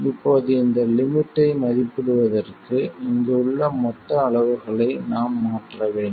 இப்போது இந்த லிமிட்டை மதிப்பிடுவதற்கு இங்கு உள்ள மொத்த அளவுகளை நாம் மாற்ற வேண்டும்